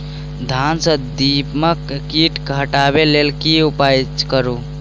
धान सँ दीमक कीट हटाबै लेल केँ उपाय करु?